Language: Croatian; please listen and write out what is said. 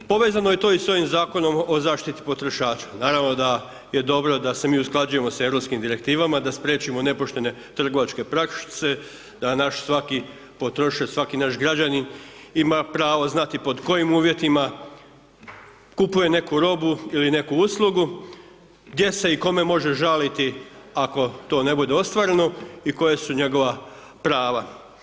Povezano je to i s ovim Zakonom o zaštiti potrošača, naravno da je dobro da se mi usklađujemo s europskim direktivama, da spriječimo nepoštene trgovačke prakse, da naš svaki potrošač, svaki naš građanin ima pravo znati pod kojim uvjetima kupuje neku robu ili neku uslugu, gdje se i kome može žaliti ako to ne bude ostvareno i koja su njegova prava.